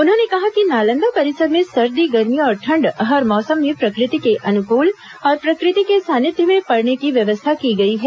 उन्होंने कहा कि नालंदा परिसर में सर्दी गर्मी और ठंड हर मौसम में प्रकृति के अनुकल और प्रकृति के सानिध्य में पढ़ने की व्यवस्था की गई है